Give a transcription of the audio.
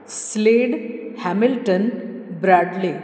slade Hamilton bradley